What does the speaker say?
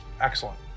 Excellent